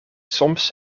soms